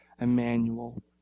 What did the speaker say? Emmanuel